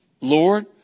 Lord